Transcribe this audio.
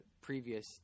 previous